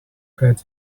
had